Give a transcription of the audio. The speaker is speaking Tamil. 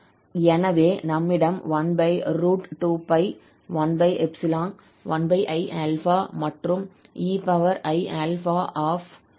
எனவே நம்மிடம் 12π 1 1i∝ மற்றும் ei∝a∈ ei∝a உள்ளது